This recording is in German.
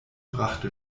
brachte